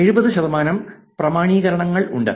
എഴുപത് ശതമാനം പ്രാമാണീകരണങ്ങൾ ഉണ്ട്